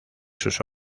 sus